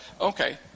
okay